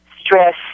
stress